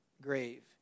grave